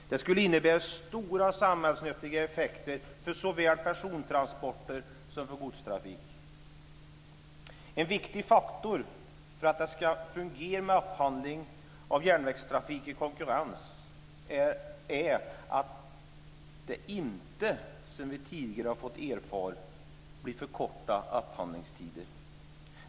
Det skulle innebära stora samhällsnyttiga effekter för såväl persontransporter som godstrafik. En viktig faktor för att det ska fungera med upphandling av järnvägstrafik i konkurrens är att det inte, som vi tidigare har fått erfara, blir för korta upphandlingstider.